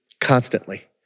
constantly